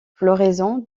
floraison